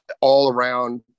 all-around